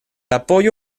apoyo